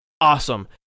Awesome